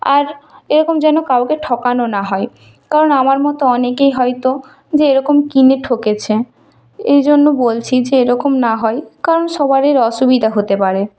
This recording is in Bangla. আর এরকম যেন কাউকে ঠকানো না হয় কারণ আমার মতো অনেকেই হয়তো যে এরকম কিনে ঠকেছে এই জন্য বলছি যে এরকম না হয় কারণ সবার অসুবিধা হতে পারে